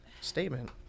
statement